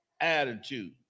Attitude